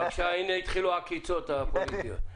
בבקשה, הינה התחילו העקיצות הפוליטיות.